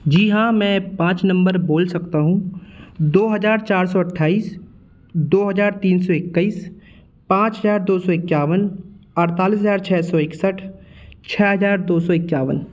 जी हाँ मैं पाँच नंबर बोल सकता हूँ दो हजार चार सौ अट्ठाईस दो हजार तीन सौ इक्कीस पाँच हजार दो सौ इक्यावन अड़तालीस हजार छः सौ इकसठ छः हजार दो सौ इक्यावन